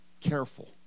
Careful